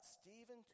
Stephen